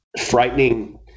frightening